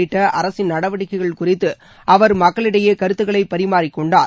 உள்ளிட்ட அரசின் நடவடிக்கைகள் குறித்து அவர் மக்களிடையே குரத்துக்களை பரிமாறிக்கொண்டார்